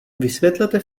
vysvětlete